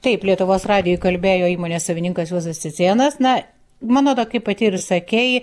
taip lietuvos radijui kalbėjo įmonės savininkas juozas cicėnas na madona kaip pati ir sakei